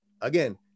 Again